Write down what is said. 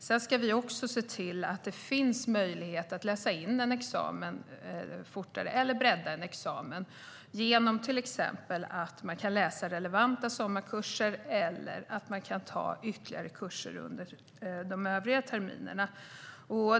Vi ska också se till att det finns möjlighet att läsa in en examen fortare eller att bredda en examen genom att man till exempel kan läsa relevanta sommarkurser eller ta ytterligare kurser under terminerna.